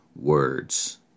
words